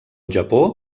japó